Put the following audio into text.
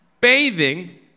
bathing